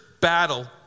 battle